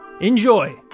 Enjoy